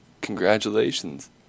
congratulations